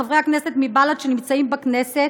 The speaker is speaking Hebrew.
חברי הכנסת מבל"ד שנמצאים בכנסת,